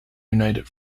united